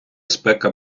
спека